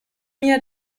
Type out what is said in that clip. mir